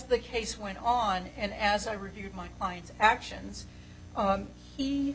the case went on and as i reviewed my client's actions he he